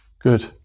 Good